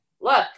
look